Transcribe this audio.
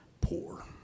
poor